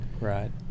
right